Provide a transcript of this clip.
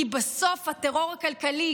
כי בסוף הטרור הכלכלי,